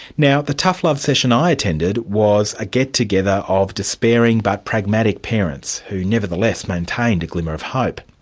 now the tough love session i attended was a get-together of despairing but pragmatic parents, who nevertheless maintained a glimmer of hope.